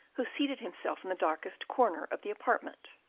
who seated himself in the darkest corner of the apartment.